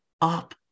up